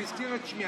הוא הזכיר את שמי,